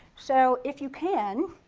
so if you can,